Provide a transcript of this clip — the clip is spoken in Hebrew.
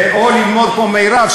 או ללמוד כמו מירב,